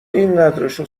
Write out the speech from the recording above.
اینقدرشو